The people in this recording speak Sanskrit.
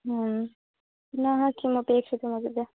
पुनः किमपेक्षितम् अग्रज